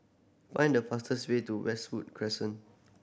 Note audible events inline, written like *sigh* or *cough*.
find the fastest way to Westwood Crescent *noise*